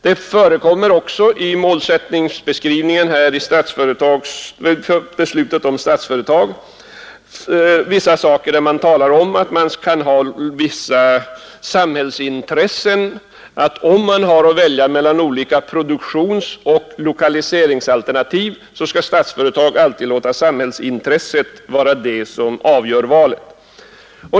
Det förekommer också i målsättningsbeskrivningen vid beslutet om bildandet av Statsföretag vissa uttalanden om att tillgodose samhällsintressen — om man har att välja mellan olika produktionsoch lokaliseringsalternativ, skall Statsföretag alltid låta samhällsintresset avgöra valet.